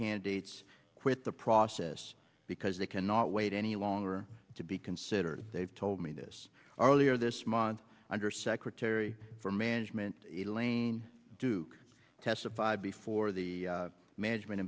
candidates quit the process because they cannot wait any longer to be considered they've told me this earlier this month undersecretary for management elaine duke testified before the management